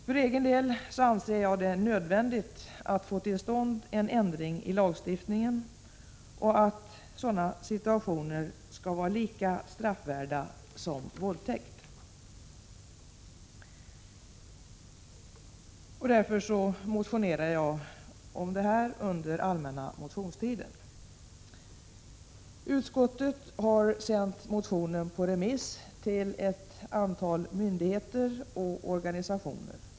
För egen del anser jag det nödvändigt att få till stånd en ändring i lagstiftningen, så att sådana situationer skall vara lika straffvärda som våldtäkt. Därför motionerade jag om detta under den allmänna motionstiden. Utskottet har sänt motionen på remiss till ett antal myndigheter och organisationer.